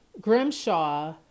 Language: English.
Grimshaw